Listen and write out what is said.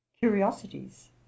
curiosities